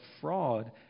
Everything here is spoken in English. fraud